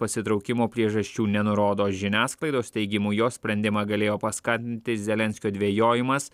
pasitraukimo priežasčių nenurodo žiniasklaidos teigimu jo sprendimą galėjo paskatinti zelenskio dvejojimas